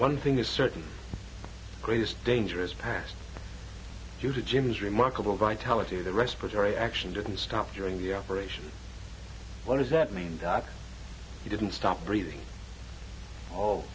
one thing is certain greatest danger is past due to jimmy's remarkable vitality the respiratory action didn't stop during the operation what does that mean you didn't stop breathing